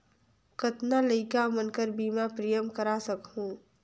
कतना लइका मन कर बीमा प्रीमियम करा सकहुं?